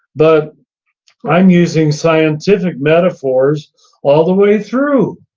but i'm using scientific metaphors all the way through.